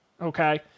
Okay